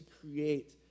create